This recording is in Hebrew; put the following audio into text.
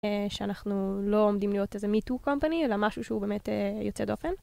שאנחנו לא עומדים להיות איזה me too company אלא משהו שהוא באמת יוצא דופן.